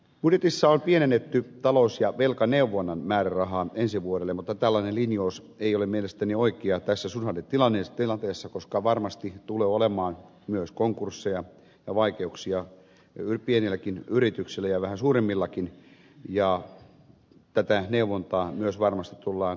budjetissa on pienennetty talous ja velkaneuvonnan määrärahaa ensi vuodelle mutta tällainen linjaus ei ole mielestäni oikea tässä suhdannetilanteessa koska varmasti tulee olemaan myös konkursseja ja vaikeuksia pienilläkin yrityksillä ja vähän suuremmillakin ja tätä neuvontaa myös varmasti tullaan tarvitsemaan